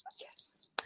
Yes